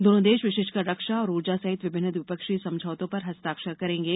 दोनों देश विशेषकर रक्षा और ऊर्जा सहित विभिन्न द्विपक्षीय समझौतों पर हस्ताक्षर करेंगे